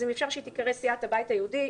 אז אם אפשר שהיא תיקרא סיעת הבית היהודי.